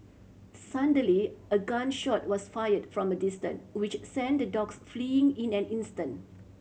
suddenly a gun shot was fired from a distance which sent the dogs fleeing in an instant